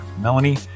Melanie